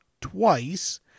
twice